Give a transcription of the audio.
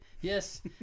Yes